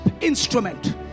instrument